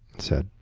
said,